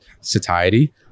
satiety